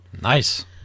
Nice